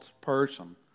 person